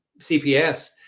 CPS